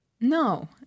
No